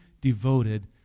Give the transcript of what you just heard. devoted